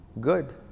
good